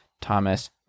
thomas